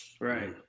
right